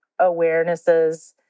awarenesses